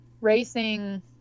racing